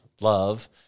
love